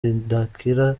ugutakaza